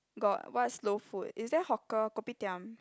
got what's low food is there hawker Kopitiam